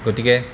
গতিকে